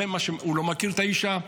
הוא לא מכיר את האישה,